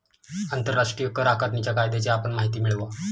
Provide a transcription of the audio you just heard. आंतरराष्ट्रीय कर आकारणीच्या कायद्याची आपण माहिती मिळवा